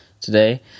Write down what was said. today